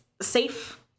safe